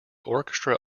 orchestra